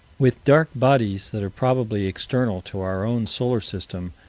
with dark bodies that are probably external to our own solar system,